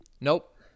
Nope